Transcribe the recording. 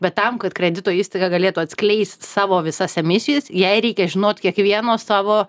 bet tam kad kredito įstaiga galėtų atskleist savo visas emisijas jei reikia žinot kiekvieno savo